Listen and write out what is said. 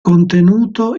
contenuto